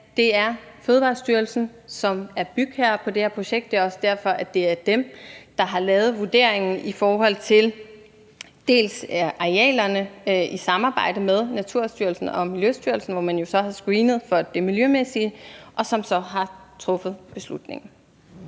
det er Fødevarestyrelsen, som er bygherre på det her projekt. Det er også derfor, at det er dem, der har lavet vurderingen i forhold til arealerne i samarbejde med Naturstyrelsen og Miljøstyrelsen, hvor man jo så har screenet for det miljømæssige, og som så har truffet beslutningen.